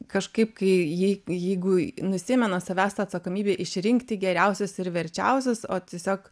kažkaip kai jei jeigu nusiimi nuo savęs tą atsakomybę išrinkti geriausius ir verčiausius o tiesiog